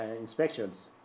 inspections